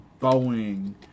Boeing